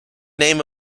name